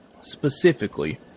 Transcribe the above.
specifically